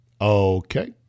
Okay